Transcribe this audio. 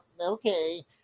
okay